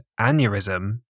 aneurysm